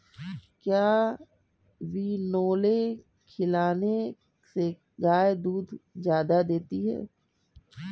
क्या बिनोले खिलाने से गाय दूध ज्यादा देती है?